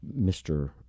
Mr